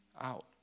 out